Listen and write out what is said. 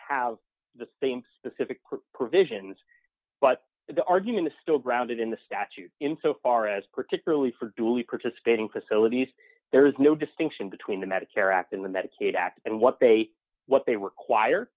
have the same specific provisions but the argument is still grounded in the statute in so far as particularly for duly participating facilities there is no distinction between the medicare act and the medicaid act and what they what they require